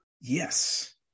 Yes